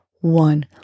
one